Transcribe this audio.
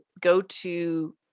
go-to